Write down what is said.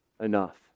enough